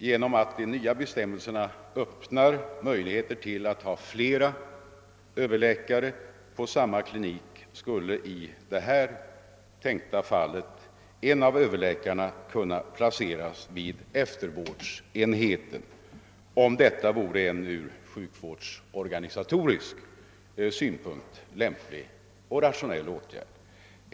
Genom att de nya bestämmelserna öppnar möjligheter till att ha flera överläkare på samma klinik skulle i detta tänkta fall en av överläkarna placeras vid eftervårdsenheten, om detta vore en ur sjukvårdsorganisatorisk synpunkt lämplig och rationell åtgärd.